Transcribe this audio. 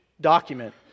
document